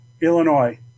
Illinois